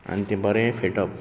आनी तें बरें फेटप